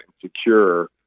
secure